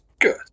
Good